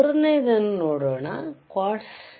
ಮೂರನೆಯದನ್ನು ನೋಡೋಣ ಕ್ವಾರ್ಟ್ಜ್